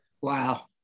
Wow